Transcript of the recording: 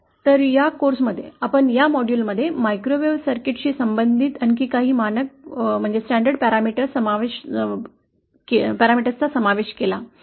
तर या कोर्समध्ये आपण या मॉड्यूलमध्ये मायक्रोवेव्ह सर्किटशी संबंधित आणखी काही मानक बाबींचा समावेश केला